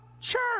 church